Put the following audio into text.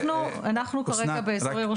אסנת --- אז אנחנו כרגע באזור ירושלים.